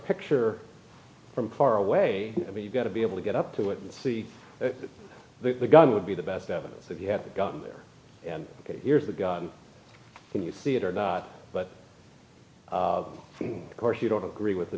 picture from car away i mean you've got to be able to get up to it and see the gun would be the best evidence that he had gotten there and here's the gun when you see it or not but of course you don't agree with the